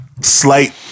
slight